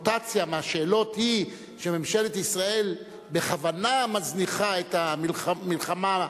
הקונוטציה בשאלות היא שממשלת ישראל מזניחה בכוונה את המלחמה,